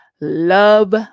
Love